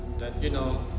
that, you know,